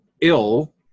ill